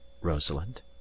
Rosalind